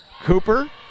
Cooper